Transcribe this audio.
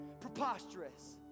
preposterous